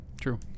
true